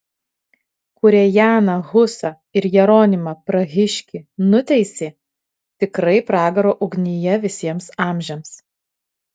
kurie janą husą ir jeronimą prahiškį nuteisė tikrai pragaro ugnyje visiems amžiams